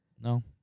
No